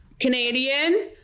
canadian